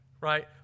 right